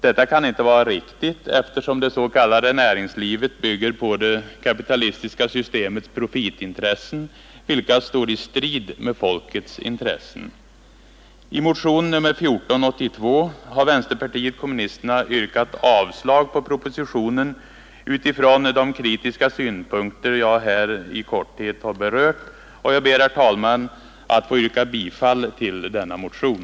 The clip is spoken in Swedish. Detta kan inte vara riktigt eftersom det s.k. näringslivet bygger på det kapitalistiska systemets profitintressen, vilka står i strid med folkets intressen. I motionen 1482 har vänsterpartiet kommunisterna yrkat avslag på propositionen utifrån de kritiska synpunkter jag här i korthet har berört, och jag ber, herr talman, att få yrka bifall till denna motion.